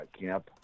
camp